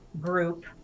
group